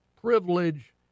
privilege